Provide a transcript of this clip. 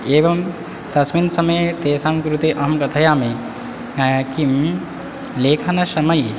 एवं तस्मिन् समये तेषां कृते अहं कथयामि किं लेखनसमये